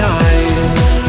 eyes